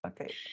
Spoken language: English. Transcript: Okay